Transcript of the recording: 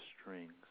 strings